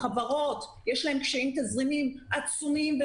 החברות יש להן קשיים תזרימיים עצומים,